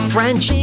French